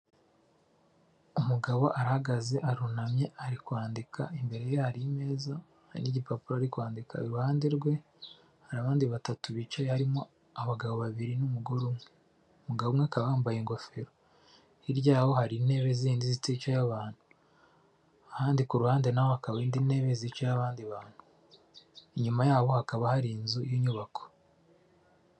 Umugabo arahagaze arunamye ari kwandika imbere ye hari ameza n'igipapuro ari kwandika, iruhande rwe hari abandi batatu bicaye harimo; abagabo babiri n'umugore umwe umugabo umwe akaba yambaye ingofero hirya y'aho hari intebe zindi zitica abantu, ahandi ku ruhande naho hakaba indi ntebe yicara abandi bantu, inyuma y'abo hakaba hari inzu y'inyubako.